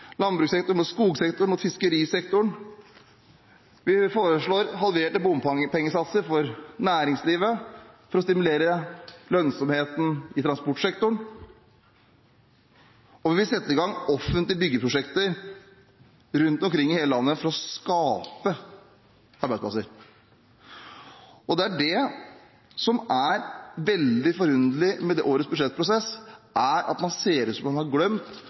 landbrukssektoren, i skogsektoren og i fiskerisektoren. Vi foreslår halverte bompengesatser for næringslivet for å stimulere lønnsomheten i transportsektoren, og vi vil sette i gang offentlige byggeprosjekter rundt omkring i hele landet for å skape arbeidsplasser. Det som er veldig forunderlig med årets budsjettprosess, er at det ser ut som man har glemt